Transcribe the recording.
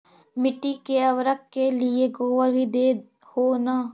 मिट्टी के उर्बरक के लिये गोबर भी दे हो न?